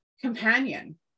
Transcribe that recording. companion